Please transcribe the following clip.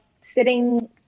sitting